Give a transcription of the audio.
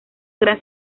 gran